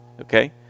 Okay